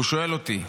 הוא שואל אותי: